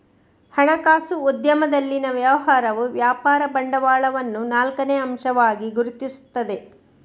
ಹಣಕಾಸು ಉದ್ಯಮದಲ್ಲಿನ ವ್ಯವಹಾರವು ವ್ಯಾಪಾರ ಬಂಡವಾಳವನ್ನು ನಾಲ್ಕನೇ ಅಂಶವಾಗಿ ಗುರುತಿಸುತ್ತದೆ